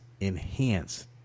enhance